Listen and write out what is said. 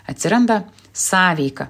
atsiranda sąveika